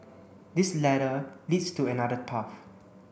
this ladder leads to another path